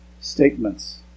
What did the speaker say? statements